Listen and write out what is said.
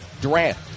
Durant